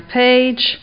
page